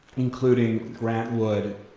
including grant wood,